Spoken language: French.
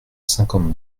cinquante